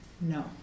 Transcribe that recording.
No